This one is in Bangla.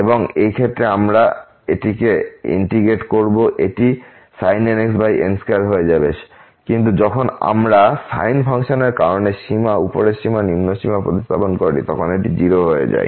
এবং এই ক্ষেত্রে যখন আমরা এটি ইন্টিগ্রেট করব এটি sin nx n2 হয়ে যাবে কিন্তু যখন আমরা সাইন ফাংশনের কারণে সীমা উপরের সীমা বা নিম্ন সীমা প্রতিস্থাপন করি তখন এটি 0 হয়ে যাবে